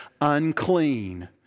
unclean